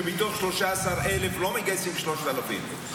שמתוך 13,000 לא מגייסים 3,000 שמתוכם יגיעו 1,000 איש לבקו"ם.